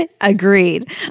Agreed